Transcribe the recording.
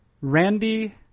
Randy